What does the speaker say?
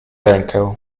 rękę